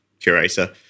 curator